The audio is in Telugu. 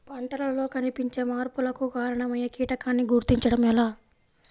పంటలలో కనిపించే మార్పులకు కారణమయ్యే కీటకాన్ని గుర్తుంచటం ఎలా?